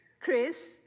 Chris